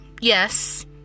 yes